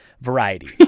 variety